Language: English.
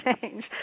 change